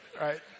right